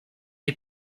est